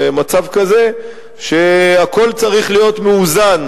למצב כזה שהכול צריך להיות מאוזן.